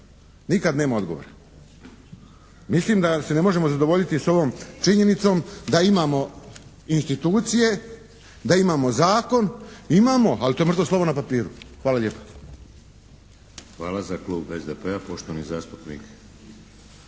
Nikad nema odgovora. Mislim da se ne možemo zadovoljiti sa ovom činjenicom da imamo institucije, da imamo zakon. Imamo. Ali to je mrtvo slovo na papiru. Hvala lijepa. **Šeks, Vladimir (HDZ)** Hvala. Za klub SDP-a, poštovani zastupnik